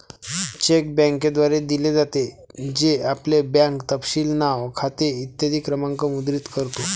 check बँकेद्वारे दिले जाते, जे आपले बँक तपशील नाव, खाते क्रमांक इ मुद्रित करते